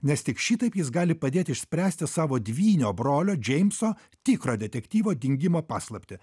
nes tik šitaip jis gali padėt išspręsti savo dvynio brolio džeimso tikro detektyvo dingimo paslaptį